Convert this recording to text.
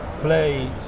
play